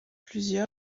plusieurs